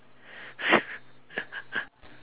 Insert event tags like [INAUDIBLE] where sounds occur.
[LAUGHS]